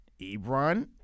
Ebron